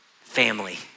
Family